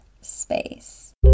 space